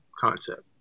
concept